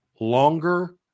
longer